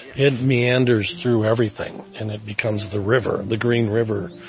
it meanders through everything, and it becomes the river, the green river,